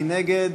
מי נגד?